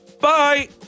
Bye